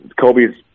Kobe's